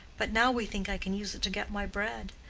but now we think i can use it to get my bread.